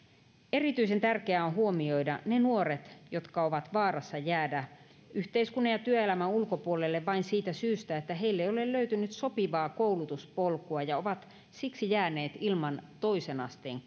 erityisen tärkeää on huomioida ne nuoret jotka ovat vaarassa jäädä yhteiskunnan ja työelämän ulkopuolelle vain siitä syystä että heille ei ole löytynyt sopivaa koulutuspolkua ja ovat siksi jääneet ilman toisen asteen